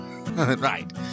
right